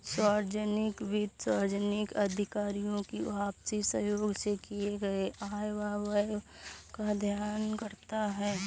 सार्वजनिक वित्त सार्वजनिक अधिकारियों की आपसी सहयोग से किए गये आय व व्यय का अध्ययन करता है